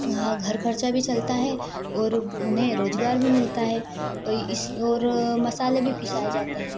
घर खर्चा भी चलता है और उन्हें रोज़गार भी मिलता है इस और मसाले भी पिसाए जाते है